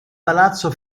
palazzo